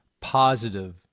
positive